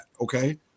Okay